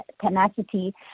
tenacity